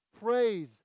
Praise